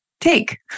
take